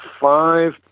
five